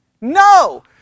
no